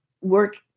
work